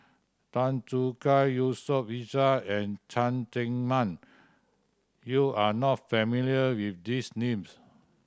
Tan Choo Kai Yusof Ishak and Cheng Tsang Man you are not familiar with these names